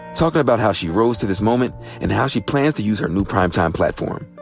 talking about how she rose to this moment and how she plans to use her new prime time platform.